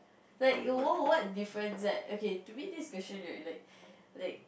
like what what difference like okay to me this question right like like